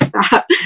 stop